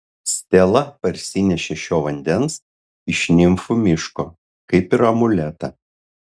stela parsinešė šio vandens iš nimfų miško kaip ir amuletą